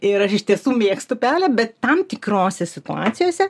ir aš iš tiesų mėgstu pelę bet tam tikrose situacijose